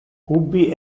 ubi